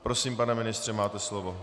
Prosím, pane ministře, máte slovo.